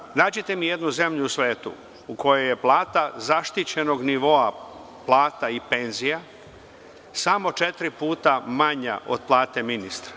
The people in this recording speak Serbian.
Sledeće, nađite mi jednu zemlju u svetu u kojoj je plata zaštićenog nivoa, plata i penzija, samo četiri puta manja od plate ministra?